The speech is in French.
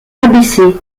abaissé